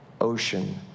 ocean